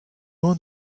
want